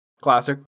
Classic